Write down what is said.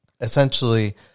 essentially